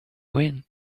wind